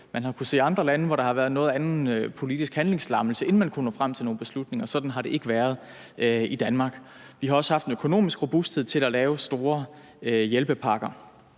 Man har kunnet se andre lande, hvor der har været en noget anden politisk handlingslammelse, inden man kunne nå frem til nogle beslutninger. Sådan har det ikke været i Danmark. Vi har også haft en økonomisk robusthed til at lave store hjælpepakker.